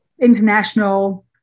international